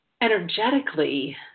energetically